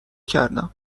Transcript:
کردم